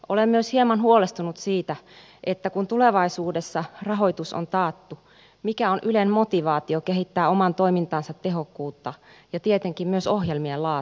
olen myös hieman huolestunut siitä kun tulevaisuudessa rahoitus on taattu mikä on ylen motivaatio kehittää oman toimintansa tehokkuutta ja tietenkin myös ohjelmien laatua